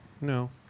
no